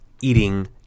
eating